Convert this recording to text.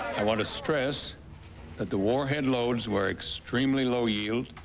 i want to stress that the warhead loads were extremely low-yield.